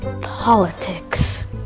politics